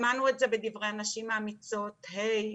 שמענו את זה מדברי הנשים האמיצות שדיברו כאן ה',